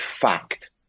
fact